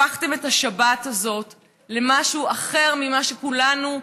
הפכתם את השבת הזאת למשהו אחר ממה שכולנו רצינו,